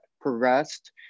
progressed